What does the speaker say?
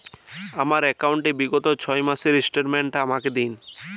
আমার অ্যাকাউন্ট র বিগত ছয় মাসের স্টেটমেন্ট টা আমাকে দিন?